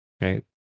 right